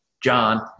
John